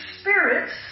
spirits